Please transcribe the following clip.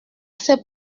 s’est